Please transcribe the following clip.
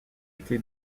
été